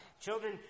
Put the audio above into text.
children